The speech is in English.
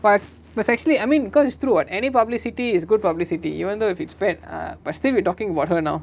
quiet but actually I mean cause it's true what any publicity is good publicity even though if it's bad ah but still we're talking about her now